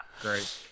great